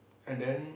and then